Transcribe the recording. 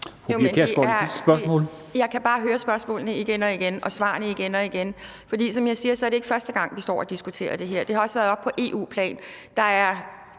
Jeg kan bare høre spørgsmålene igen og igen og svarene igen og igen. For som jeg siger, er det ikke første gang, vi står og diskuterer det her. Det har også været oppe på EU-plan. Der er